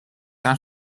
out